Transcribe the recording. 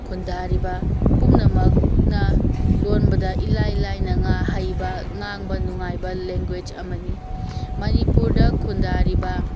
ꯈꯨꯟꯗꯥꯔꯤꯕ ꯄꯨꯝꯅꯃꯛꯅ ꯂꯣꯟꯕꯗ ꯏꯂꯥꯏ ꯂꯥꯏꯅ ꯍꯩꯕ ꯉꯥꯡꯕ ꯅꯨꯉꯥꯏꯕ ꯂꯦꯟꯒꯨꯋꯦꯖ ꯑꯃꯅꯤ ꯃꯅꯤꯄꯨꯔꯗ ꯈꯨꯅꯗꯥꯔꯤꯕ